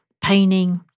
painting